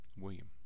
William